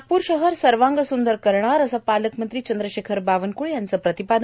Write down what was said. नागप्र शहर सर्वांगस्दर करणार असं पालकमंत्री चंद्रेशेखर बावनक्ळे यांचं प्रतिपादन